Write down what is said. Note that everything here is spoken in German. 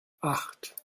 acht